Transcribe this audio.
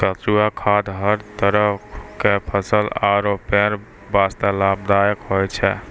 केंचुआ खाद हर तरह के फसल आरो पेड़ वास्तॅ लाभदायक होय छै